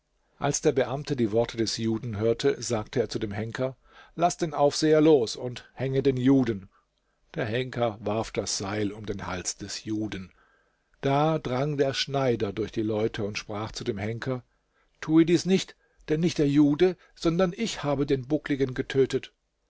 als der beamte die worte des juden hörte sagte er zu dem henker laß den aufseher los und hänge den juden der henker warf das seil um den hals des juden da drang der schneider durch die leute und sprach zu dem henker tue dies nicht denn nicht der jude sondern ich habe den buckligen getötet